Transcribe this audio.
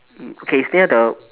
okay it's near the